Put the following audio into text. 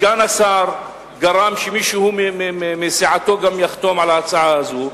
סגן השר גרם שמישהו מסיעתו גם יחתום על ההצעה הזאת,